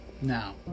Now